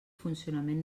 funcionament